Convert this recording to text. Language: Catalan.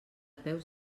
peus